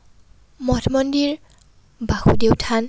মঠ ন্দিৰ বাসুদেৱ থান